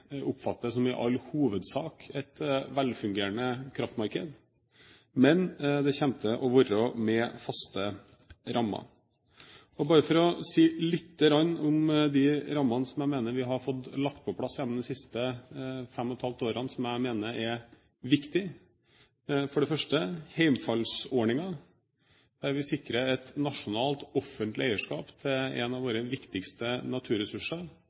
oppfatter som et velfungerende kraftmarked, men det kommer til å være med faste rammer. Bare for å si litt om de rammene som jeg mener vi har fått lagt på plass gjennom de siste fem og et halvt årene, som jeg mener er viktige – for det første: hjemfallsordningen, der vi sikrer et nasjonalt offentlig eierskap til en av våre viktigste naturressurser.